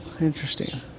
Interesting